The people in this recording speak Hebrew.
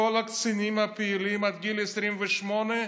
כל הקצינים הפעילים עד גיל 28,